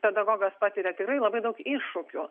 pedagogas patiria tikrai labai daug iššūkių